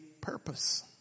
purpose